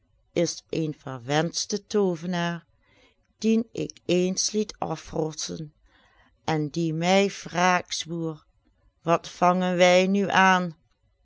is een verwenschte toovenaar dien ik eens liet afrossen en die mij wraak zwoer wat vangen wij nu aan